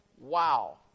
wow